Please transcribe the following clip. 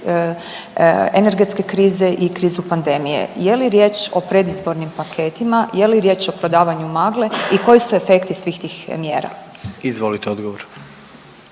energetske krize i krizu pandemije. Je li riječ o predizbornim paketima? Je li riječ o prodavanju magle i koji su efekti svih tih mjera? **Jandroković,